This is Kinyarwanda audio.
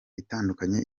itandukanye